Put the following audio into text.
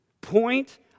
Point